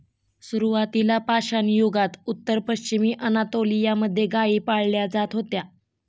सुरुवातीला पाषाणयुगात उत्तर पश्चिमी अनातोलिया मध्ये गाई पाळल्या जात होत्या